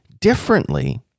differently